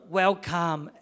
welcome